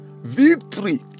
Victory